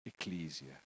ecclesia